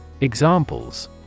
Examples